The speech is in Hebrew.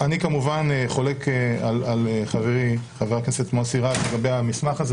אני כמובן חולק על חברי חבר הכנסת מוסי רז לגבי המסמך הזה,